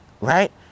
right